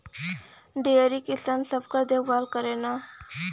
dairy किसान सबकर देखभाल करेला